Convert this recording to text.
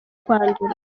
kwandura